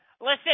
Listen